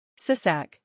Sisak